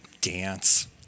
dance